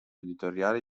editoriale